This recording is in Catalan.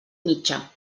mitja